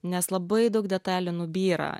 nes labai daug detalių nubyra